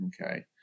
okay